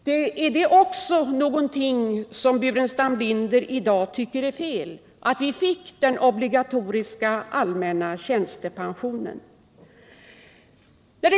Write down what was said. Att vi fick den allmänna tjänstepensionen — är det också någonting som herr Burenstam Linder tycker är fel?